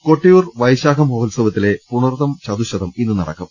് കൊട്ടിയൂർ വൈശാഖ മഹോത്സവത്തിലെ പുണർതം ചതുശ്ശതം ഇന്ന് നടക്കും